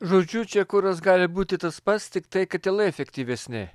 žodžiu čia kuras gali būti tas pats tiktai katilai efektyvesni